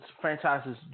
franchises